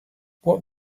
what